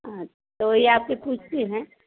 तो वही आपसे पूछते हैं